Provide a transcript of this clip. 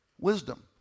wisdom